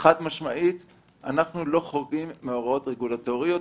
שלא חורגים מהוראות רגולטוריות.